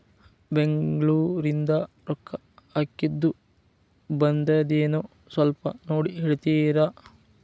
ಬೆಂಗ್ಳೂರಿಂದ ರೊಕ್ಕ ಹಾಕ್ಕಿದ್ದು ಬಂದದೇನೊ ಸ್ವಲ್ಪ ನೋಡಿ ಹೇಳ್ತೇರ?